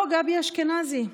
או גבי אשכנזי.